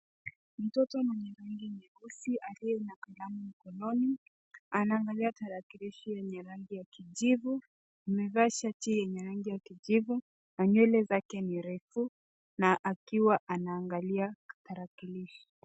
Mtoto mwenye rangi nyeusi aliye na kalamu mkononi anaangalia tarakilishi yenye rangi ya kijivu. Amevaa shati yenye rangi ya kijivu na nywele zake ni refu na akiwa anaangalia tarakilishi.